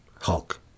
Hulk